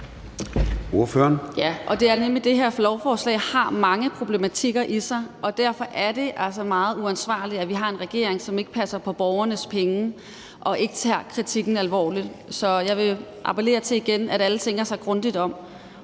det. Lovforslaget her har mange problematikker i sig, og derfor er det altså meget uansvarligt, at vi har en regering, som ikke passer på borgernes penge og ikke tager kritikken alvorligt. Så jeg vil igen appellere til, at alle tænker sig grundigt om